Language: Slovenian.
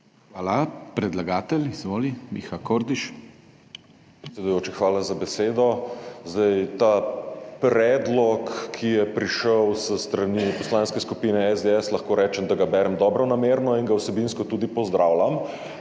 Levica): Predsedujoči, hvala za besedo. Zdaj ta predlog, ki je prišel s strani Poslanske skupine SDS, lahko rečem, da ga berem dobronamerno in ga vsebinsko tudi pozdravljam,